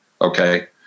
Okay